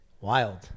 Wild